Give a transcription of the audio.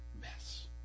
mess